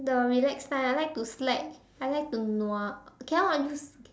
the relax part I like to slack I like to nua cannot use